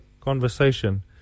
conversation